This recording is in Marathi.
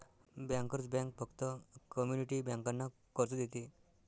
बँकर्स बँक फक्त कम्युनिटी बँकांना कर्ज देते